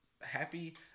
happy